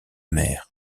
mer